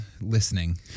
listening